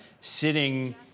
sitting